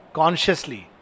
consciously